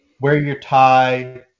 wear-your-tie